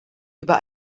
über